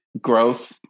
growth